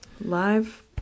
Live